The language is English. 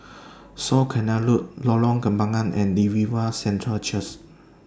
South Canal Road Lorong Kembangan and Revival Centre Church